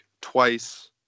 twice